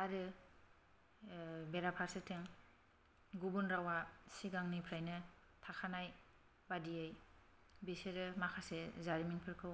आरो बेराफारसेथिं गुबुन रावा सिगांनिफ्रायनो थाखानाय बादियै बेसोरो माखासे जारिमिनफोरखौ